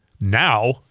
now